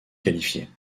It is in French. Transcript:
qualifiées